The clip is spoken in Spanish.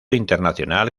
internacional